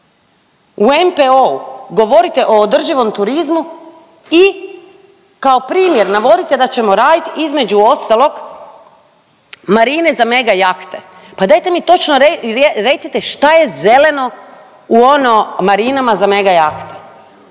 U NPO-u govorite o održivom turizmu i kao primjer navodite da ćemo raditi između ostalog marine za mega jahte. Pa dajte mi točno recite šta je zeleno u ono marinama za mega jahte?